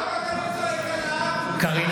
נגד קארין